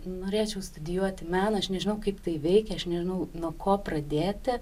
norėčiau studijuoti meną aš nežinau kaip tai veikia aš nežinau nuo ko pradėti